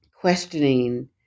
questioning